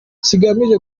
kigamije